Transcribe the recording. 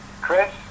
Chris